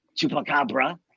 Chupacabra